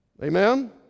Amen